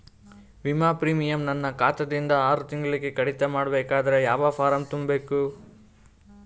ವಿಮಾ ಪ್ರೀಮಿಯಂ ನನ್ನ ಖಾತಾ ದಿಂದ ಆರು ತಿಂಗಳಗೆ ಕಡಿತ ಮಾಡಬೇಕಾದರೆ ಯಾವ ಫಾರಂ ತುಂಬಬೇಕು?